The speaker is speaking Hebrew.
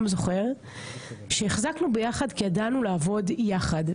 גם זוכר שהחזקנו ביחד כי ידענו לעבוד יחד.